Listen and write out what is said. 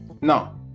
No